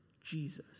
Jesus